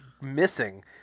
missing